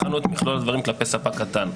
בחנו את מכלול הדברים כלפי ספק קטן.